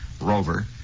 Rover